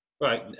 Right